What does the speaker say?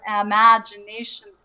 imagination